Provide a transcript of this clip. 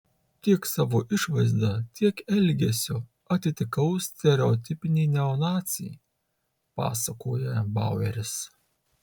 tiek savo išvaizda tiek elgesiu atitikau stereotipinį neonacį pasakoja baueris